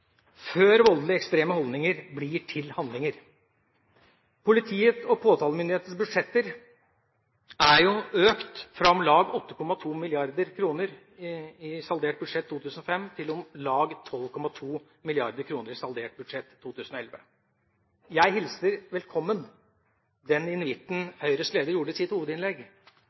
før voldelige ekstreme holdninger blir til handlinger. Politiets og påtalemyndighetenes budsjetter er økt fra om lag 8,2 mrd. kr i saldert budsjett 2005 til om lag 12,2 mrd. kr i saldert budsjett 2011. Jeg hilser velkommen den invitten Høyres leder kom med i sitt hovedinnlegg,